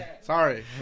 Sorry